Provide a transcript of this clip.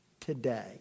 today